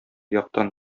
яктан